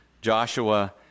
Joshua